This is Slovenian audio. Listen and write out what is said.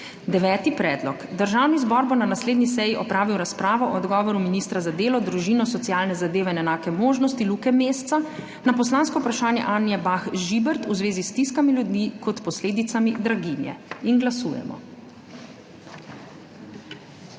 Deveti predlog: Državni zbor bo na naslednji seji opravil razpravo o odgovoru ministra za delo, družino, socialne zadeve in enake možnosti Luke Mesca na poslansko vprašanje Anje Bah Žibert v zvezi s stiskami ljudmi kot posledicami draginje. Glasujemo.